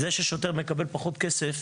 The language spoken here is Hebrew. העובדה ששוטר מקבל פחות כסף,